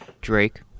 Drake